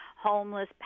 homeless